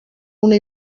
una